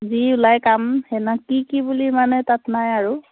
যি ওলাই কাম সেইদিনা কি কি বুলি মানে তাত নাই আৰু